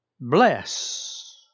bless